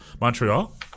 Montreal